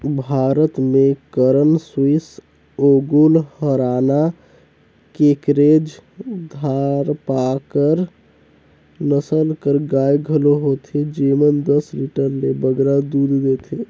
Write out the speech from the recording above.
भारत में करन स्विस, ओंगोल, हराना, केकरेज, धारपारकर नसल कर गाय घलो होथे जेमन दस लीटर ले बगरा दूद देथे